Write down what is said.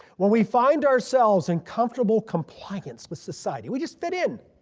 when we find ourselves in comfortable compliance with society, we just fit in,